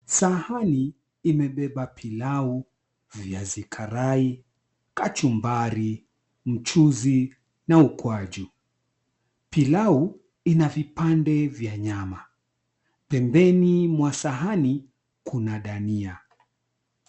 Sahani imebeba pilau, viazi karai, kachumbari, mchuzi na ukwaju. Pilau ina vipande vya nyama, pembeni mwa sahani kuna dania.